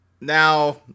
Now